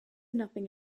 nothing